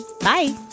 Bye